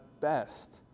best